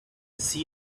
see